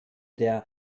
der